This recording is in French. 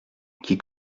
qui